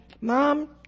Mom